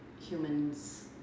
humans